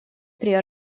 при